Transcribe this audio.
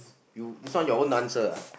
you this one your own answer ah